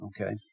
okay